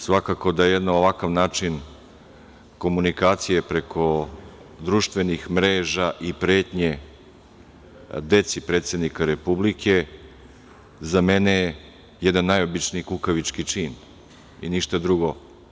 Svakako da jedan ovakav način komunikacije preko društveni mreža i pretnje deci predsednika Republike za mene je jedan najobičniji kukavički čin i ništa drugo.